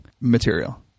material